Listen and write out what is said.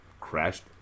crashed